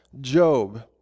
Job